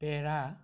পেৰা